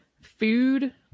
food